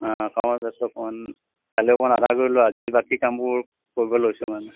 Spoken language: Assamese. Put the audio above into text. অঁ কামত আছোঁ অকণমান কাইলৈ অকণমান আধা কৰিলোঁ আজি বাকী কামবোৰ কৰিব লৈছোঁ মানে